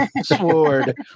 Sword